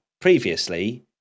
previously